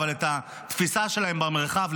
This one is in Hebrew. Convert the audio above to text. אבל את התפיסה שלהם במרחב,